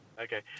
Okay